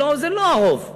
זה לא הרוב.